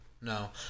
No